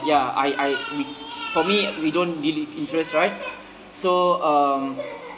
ya I I we for me we don't deal with interest right so um